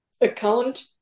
account